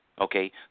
Okay